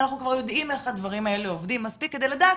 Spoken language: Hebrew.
אנחנו כבר יודעים איך הדברים האלה עובדים כדי לדעת